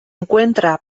encuentra